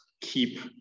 keep